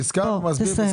הוא מקריא פסקה ומסביר.